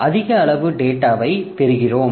அதிக அளவு டேட்டாவைப் பெறுகிறோம்